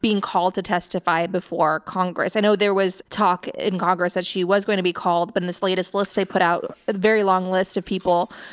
being called to testify before congress? i know there was talk in congress, said she was going to be called. but and this latest lis they put out a very long list of people.